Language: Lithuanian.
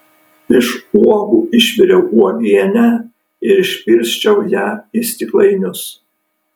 iš uogų išviriau uogienę ir išpilsčiau ją į stiklainius